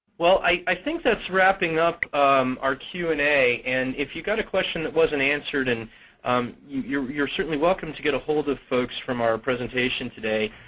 well, i think that's wrapping up our q and a. and if you've got a question that wasn't answered, and um you're you're certainly welcome to get ahold of folks from our presentation today.